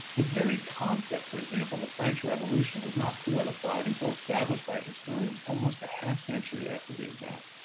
the very concept, for example, the french revolution was not solidified until established by a historian almost a half century after the event.